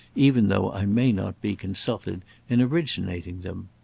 even though i may not be consulted in originating them.